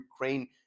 Ukraine